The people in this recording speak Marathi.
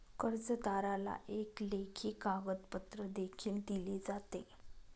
कर्जदाराला एक लेखी कागदपत्र देखील दिले जाते